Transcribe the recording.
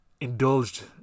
indulged